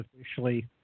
officially